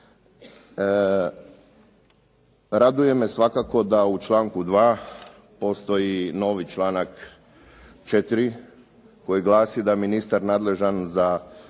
Raduje me svakako da u članku 2. postoji novi članak 4. koji glasi da ministar nadležan za